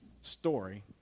story